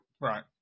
Right